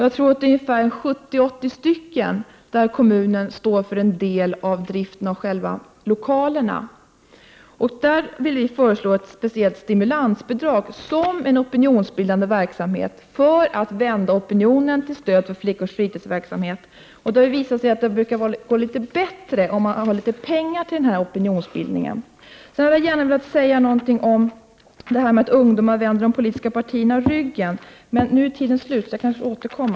Jag tror att kommunen vid 70—980 ridskolor står för en del av driften av själva lokalerna. Vi vill föreslå ett speciellt stimulansbidrag för en opinionsbildande verksamhet, så att opinionen kan vändas till stöd för flickornas fritidsverksamhet. Det har visat sig att det brukar gå litet bättre om man har pengar till opinionsbildningen. Jag hade gärna velat säga någonting om att ungdomar vänder de politiska partierna ryggen. Men nu är tiden ute, så jag kanske får återkomma.